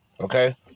Okay